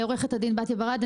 עורכת הדין בתיה ברד,